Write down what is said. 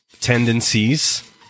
tendencies